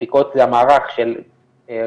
הבדיקות זה המערך של ריאגנטים,